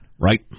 Right